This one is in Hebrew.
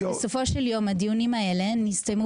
אבל בסופו של יום הדיונים האלה נסתיימו